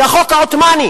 זה החוק העות'מאני.